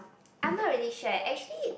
I'm not really sure actually